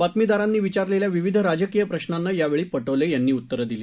बातमीदारांनी विचारलेल्या विविध राजकीय प्रश्रांना यावेळी पटोले यांनी उत्तरं दिली